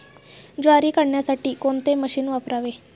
ज्वारी काढण्यासाठी कोणते मशीन वापरावे?